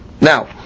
Now